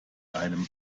einem